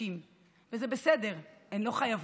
וזה בסדר, הן לא חייבות.